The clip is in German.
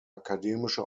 akademische